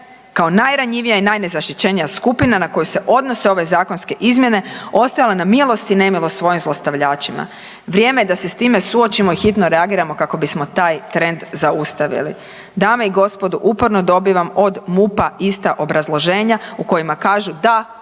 kao najranjivija i najnezaštićenija skupina na koju se odnose ove zakonske izmjene ostajale na milost i nemilost svojim zlostavljačima. Vrijeme je da se s time suočimo i hitno reagiramo kako bismo taj trend zaustavili. Dame i gospodo, uporno dobivam od MUP-a ista obrazloženja u kojima kažu, da,